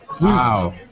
Wow